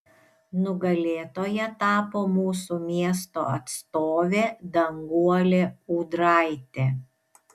nugalėtoja tapo mūsų miesto atstovė danguolė ūdraitė